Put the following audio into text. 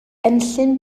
enllyn